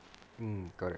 mm correct